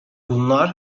bunlar